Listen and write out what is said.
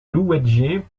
louwagie